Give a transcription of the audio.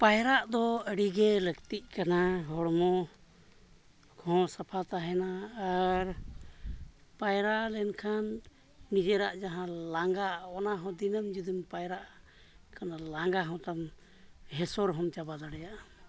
ᱯᱟᱭᱨᱟᱜ ᱫᱚ ᱟᱹᱰᱤ ᱜᱮ ᱞᱟᱹᱠᱛᱤᱜ ᱠᱟᱱᱟ ᱦᱚᱲᱢᱚ ᱠᱚᱦᱚᱸ ᱥᱟᱯᱷᱟ ᱛᱟᱦᱮᱱᱟ ᱟᱨ ᱯᱟᱭᱨᱟ ᱞᱮᱱᱠᱷᱟᱱ ᱱᱤᱡᱮᱨᱟᱜ ᱡᱟᱦᱟᱸ ᱞᱟᱸᱜᱟ ᱚᱱᱟ ᱦᱚᱸ ᱫᱤᱱᱟᱹᱢ ᱡᱩᱫᱤᱢ ᱯᱟᱭᱨᱟᱜᱼᱟ ᱮᱱᱠᱷᱟᱱ ᱚᱱᱟ ᱞᱟᱸᱜᱟ ᱦᱚᱸᱛᱟᱢ ᱦᱮᱸᱥᱚᱨ ᱦᱚᱸᱢ ᱪᱟᱵᱟ ᱫᱟᱲᱮᱭᱟᱜᱼᱟ